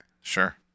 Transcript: Sure